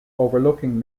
overlooking